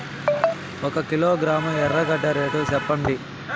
ఒక కిలోగ్రాము ఎర్రగడ్డ రేటు సెప్పండి?